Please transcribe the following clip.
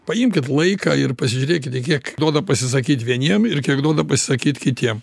paimkit laiką ir pasižiūrėkite kiek duoda pasisakyt vieniem ir kiek duoda pasakyt kitiem